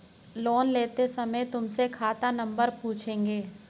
loan लेते समय तुमसे खाता नंबर पूछेंगे